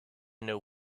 know